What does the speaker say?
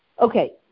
Okay